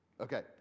Okay